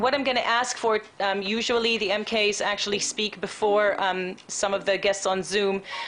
בדרך כלל חברי הכנסת מדברים לפני האורחים בזום.